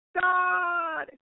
God